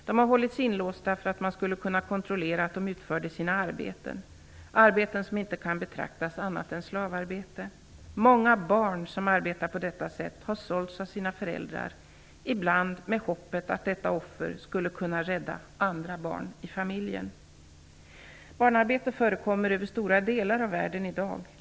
De har hållits inlåsta för att man skulle kunna kontrollera att de utförde sina arbeten -- arbeten som inte kan betraktas som annat än slavarbete. Många barn som arbetar på detta sätt har sålts av sina föräldrar, ibland med hoppet att detta offer skulle kunna rädda andra barn i familjen. Barnarbete förekommer över stora delar av världen i dag.